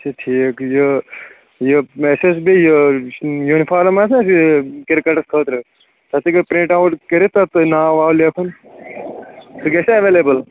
اچھا ٹھیٖک یہِ یہِ اَسہِ ٲسۍ بیٚیہِ یہِ یوٗنفارم آسہِ نا اَسہِ کرکٹس خٲطرٕ تتھ تہِ گٔیہِ پرینٹ اوُٹ کٔرتھ تتھ تہِ ناو واو لٮ۪کھُن سُہ گَژھِ یا ایویلیبٕل